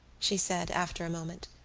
she said, after a moment.